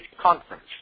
conference